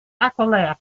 aquileia